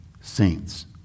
saints